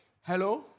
hello